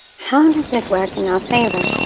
how does this work in our favor?